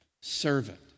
servant